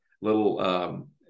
little—